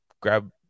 grab